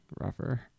rougher